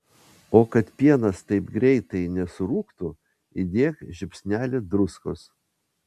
o kad pienas taip greitai nesurūgtų įdėk žiupsnelį druskos